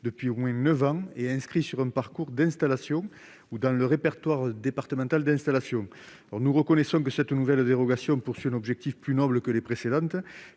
depuis au moins neuf ans et inscrits dans un parcours d'installation ou dans le répertoire départemental d'installation. Nous reconnaissons que cette nouvelle dérogation vise un objectif plus noble que les précédentes,